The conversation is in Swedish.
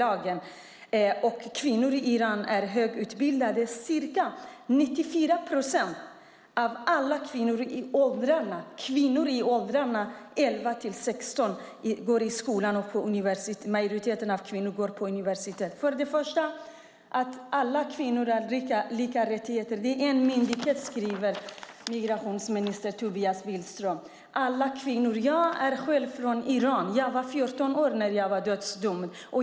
Man säger också att kvinnor i Iran är högutbildade. Ca 94 procent av alla kvinnor i åldrarna 11-16 går i skolan, och majoriteten av kvinnor går på universitet. För det första är det som sägs om att alla kvinnor har lika rättigheter vad en myndighet skriver, migrationsminister Tobias Billström. Man talar om alla kvinnor. Jag är själv från Iran. Jag var 14 år när jag var dödsdömd.